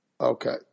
Okay